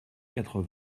quatre